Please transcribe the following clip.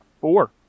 Four